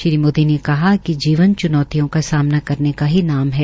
श्री मोदी ने कहा कि जीवन च्नौतियों का सामना करने का ही नाम है